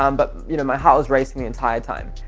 um but you know my heart was racing the entire time.